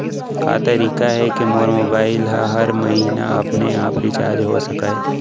का तरीका हे कि मोर मोबाइल ह हर महीना अपने आप रिचार्ज हो सकय?